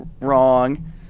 wrong